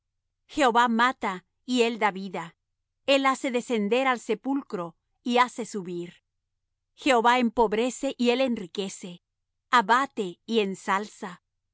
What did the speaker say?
jehová mata y él da vida el hace descender al sepulcro y hace subir jehová empobrece y él enriquece abate y ensalza el